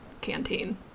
canteen